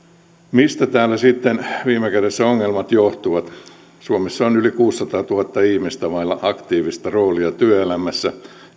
mistä täällä sitten viime kädessä ongelmat johtuvat suomessa on yli kuusisataatuhatta ihmistä vailla aktiivista roolia työelämässä